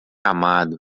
amado